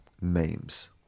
Memes